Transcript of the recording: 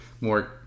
more